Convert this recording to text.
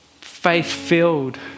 faith-filled